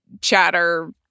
chatter